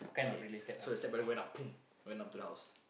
okay so the stepbrother went up went up to the house